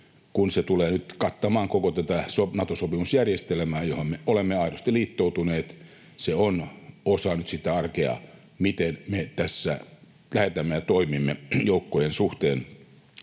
kun se tulee nyt kattamaan koko tätä Nato-sopimusjärjestelmää, johon me olemme aidosti liittoutuneet. Se on osa nyt sitä arkea, miten me tässä toimimme joukkojen suhteen,